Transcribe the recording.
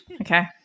Okay